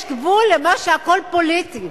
יש גבול למה שהכול פוליטי.